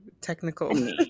technical